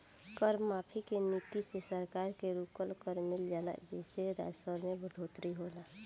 कर माफी के नीति से सरकार के रुकल कर मिल जाला जेइसे राजस्व में बढ़ोतरी होला